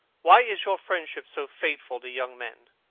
why is your friendship so fatal to young men?